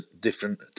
different